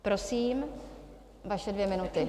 Prosím, vaše dvě minuty.